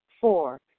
Four